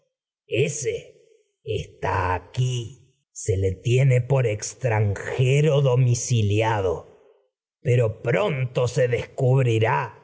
ése está aquí se le tie por extranjero domiciliado es pero y pronto se descubri